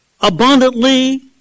abundantly